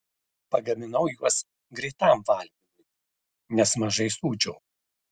pagaminau juos greitam valgymui nes mažai sūdžiau